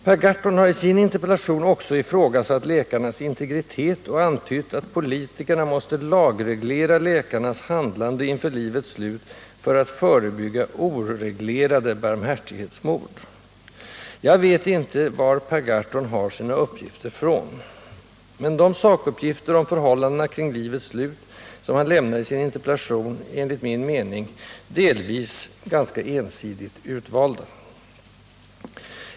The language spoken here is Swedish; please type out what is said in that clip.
Per Gahrton har i sin interpellation också ifrågasatt läkarnas integritet och antytt att politikerna måste lagreglera läkarnas handlande inför livets slut för att förebygga ”oreglerade” barmhärtighetsmord. Jag vet inte var Per Gahrton har sina uppgifter ifrån, men de sakuppgifter om vården kring livets slut som han lämnar i sin interpellation är enligt min mening delvis ganska ensidigt utvalda.